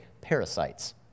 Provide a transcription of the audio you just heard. parasites